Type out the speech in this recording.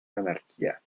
anarquía